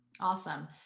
awesome